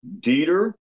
Dieter